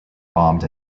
bombed